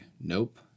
nope